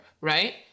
right